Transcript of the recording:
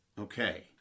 Okay